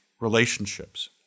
relationships